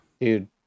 dude